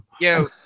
Yo